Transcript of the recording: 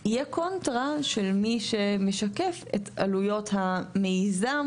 יהיה קונטרה של מי שמשקף את עלויות המיזם